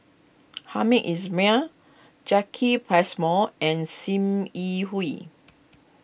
Hamed Ismail Jacki Passmore and Sim Yi Hui